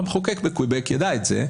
המחוקק בקוויבק ידע את זה,